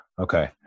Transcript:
Okay